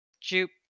juke